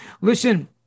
Listen